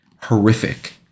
horrific